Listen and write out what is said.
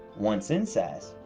once in sas,